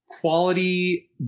quality